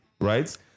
right